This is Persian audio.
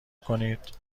کنید